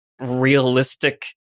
realistic